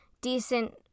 decent